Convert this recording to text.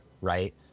right